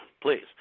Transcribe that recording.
Please